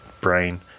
brain